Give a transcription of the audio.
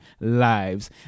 lives